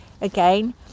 again